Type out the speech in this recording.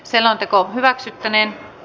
selonteko hyväksyttiin